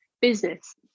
business